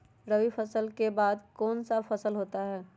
रवि फसल के बाद कौन सा फसल होता है?